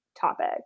topic